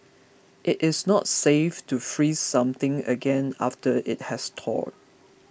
it is not safe to freeze something again after it has thawed